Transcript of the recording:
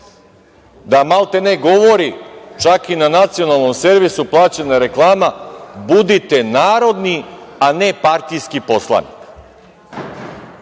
da maltene govori, čak i na nacionalnom servisu plaćena reklama, "budite narodni a ne partijski poslanik".